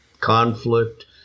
conflict